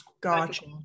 Gotcha